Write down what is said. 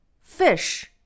fish